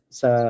sa